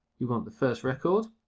we want the first record.